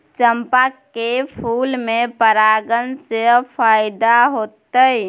चंपा के फूल में परागण से फायदा होतय?